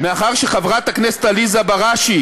מאחר שחברת הכנסת עליזה בראשי